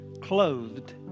clothed